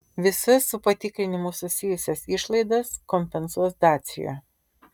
visas su patikrinimu susijusias išlaidas kompensuos dacia